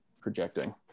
projecting